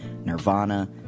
Nirvana